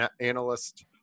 analyst